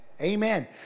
Amen